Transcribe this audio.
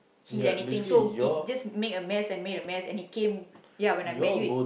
heal anything so it just made a mess and made a mess and it came ya when I met you it